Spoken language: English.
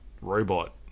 robot